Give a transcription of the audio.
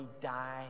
die